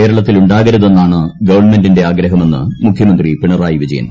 കേരളത്തിലുണ്ടാകരുതെന്നാണ് ഗവണ്മെന്റിന്റെ ആഗ്രഹമെന്ന് മുഖ്യമന്ത്രി പിണറായി വിജയൻ